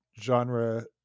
genre